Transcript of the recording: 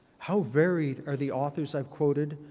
how varied are the authors i've quoted?